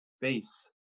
face